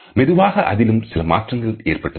மெதுவாக அதிலும் சில மாற்றங்கள் ஏற்பட்டது